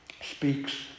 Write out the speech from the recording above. speaks